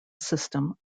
system